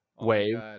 wave